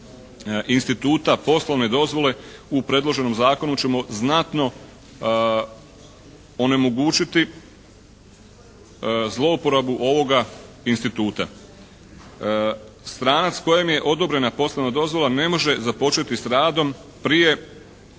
instituta poslovne dozvole u predloženom zakonu ćemo znatno onemogućiti zlouporabu ovoga instituta. Stranac kojemu je odobrena poslovna dozvola ne može započeti s radom prije